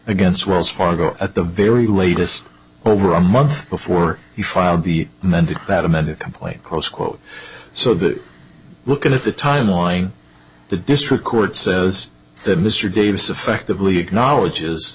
against wells fargo at the very latest over a month before he filed be mended that amended complaint close quote so that looking at the timeline the district court says that mr davis effectively acknowledges